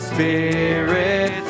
Spirit